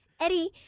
Eddie